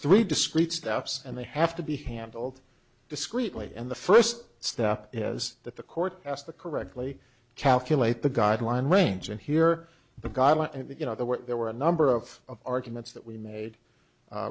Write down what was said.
three discrete steps and they have to be handled discreetly and the first step is that the court has the correctly calculate the guideline range and here the guidelines and the you know there were there were a number of arguments that we made